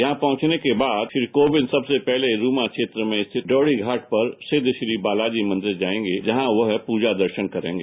यहां पहंचने के बाद श्री कोविंद सक्से पहले रूमा क्षेत्र में स्थित डयोढ़ी घाट पर सिद्ध श्री बाला जी मंदिर जायेंगे जहां वह दर्शन प्रजन करेंगे